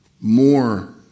more